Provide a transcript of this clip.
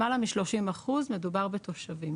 למעלה מ-30% מדובר בתושבים.